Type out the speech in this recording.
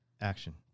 Action